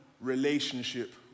relationship